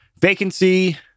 Vacancy